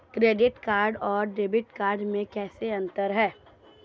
Credit card और debit card में क्या अंतर है?